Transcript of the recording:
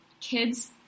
kids